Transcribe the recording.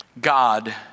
God